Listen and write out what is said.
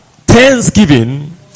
thanksgiving